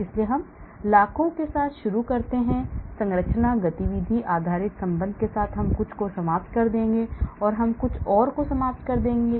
इसलिए हम लाखों के साथ शुरू कर सकते हैं फिर संरचना गतिविधि आधारित संबंध के साथ हम कुछ को समाप्त कर देंगे हम कुछ और को समाप्त कर देंगे